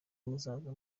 muzaza